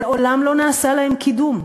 מעולם לא נעשה להן קידום.